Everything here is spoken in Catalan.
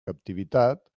captivitat